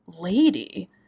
lady